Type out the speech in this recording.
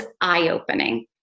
eye-opening